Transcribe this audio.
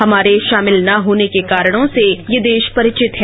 हमारे शामिल न होने के कारणों से ये देश परिवित है